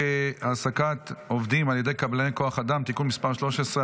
חוק העסקת עובדים על ידי קבלני כוח אדם (תיקון מס' 13),